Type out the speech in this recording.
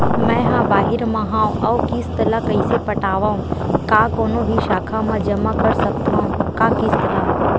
मैं हा बाहिर मा हाव आऊ किस्त ला कइसे पटावव, का कोनो भी शाखा मा जमा कर सकथव का किस्त ला?